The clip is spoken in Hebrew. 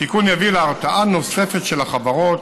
התיקון יביא להרתעה נוספת של החברות